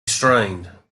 strained